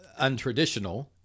untraditional